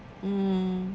mm